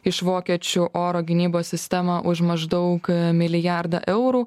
iš vokiečių oro gynybos sistemą už maždaug milijardą eurų